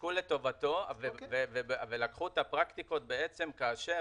פסקו לטובתו ולקחו את הפרקטיקות כאשר